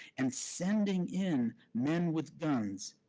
and sending in men with guns,